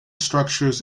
structures